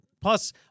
Plus